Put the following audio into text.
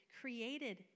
created